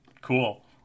cool